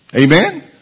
Amen